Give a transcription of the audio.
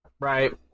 Right